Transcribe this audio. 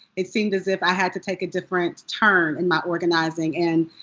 it seemed as if i had to take a different turn in my organizing. and